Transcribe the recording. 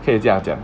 可以这样讲